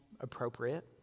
appropriate